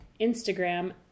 Instagram